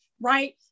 right